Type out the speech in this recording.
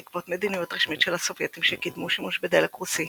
בעקבות מדיניות רשמית של הסובייטים שקידמו שימוש בדלק רוסי,